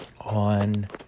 on